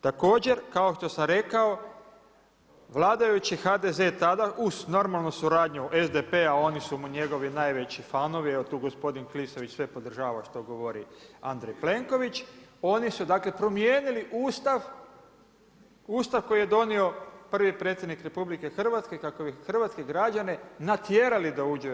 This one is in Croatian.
Također kao što sam rekao vladajući HDZ tada uz normalnu suradnju SDP-a oni su mu njegovi najveći fanovi, evo tu gospodin Klisović sve podržava što govori Andrej Plenković, oni su promijenili Ustav, Ustav koji je donio prvi predsjednik RH kako bi hrvatske građane natjerali da uđu u EU.